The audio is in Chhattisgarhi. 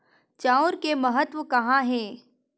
चांउर के महत्व कहां हे?